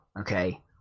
okay